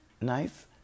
nice